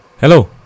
hello